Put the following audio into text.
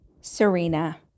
Serena